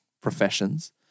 professions